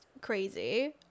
crazy